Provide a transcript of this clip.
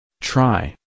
Try